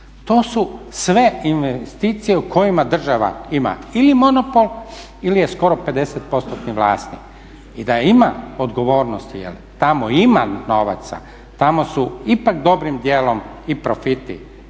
To su sve investicije u kojima država ima ili monopol ili je skoro 50%-ni vlasnik. I da ima odgovornosti jel tamo ima novaca, tamo su ipak dobrim dijelom i profiti